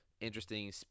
interesting